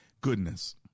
Goodness